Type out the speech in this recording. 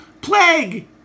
Plague